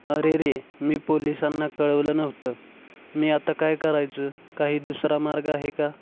अरेरे मी पोलिसांना कळवलं नव्हतं मी आता काय करायचं काही दुसरा मार्ग आहे का